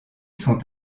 sont